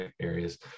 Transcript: areas